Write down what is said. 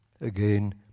again